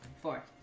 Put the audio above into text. four